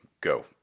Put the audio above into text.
Go